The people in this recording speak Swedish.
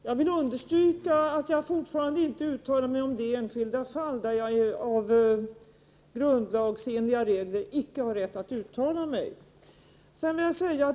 Herr talman! Jag vill understryka att jag fortfarande inte uttalar mig om det enskilda fall som jag enligt grundlagen inte har rätt att uttala mig om.